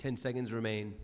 ten seconds remain